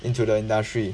into the industry